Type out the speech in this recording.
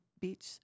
Beach